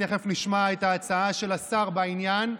תכף נשמע את ההצעה של השר בעניין,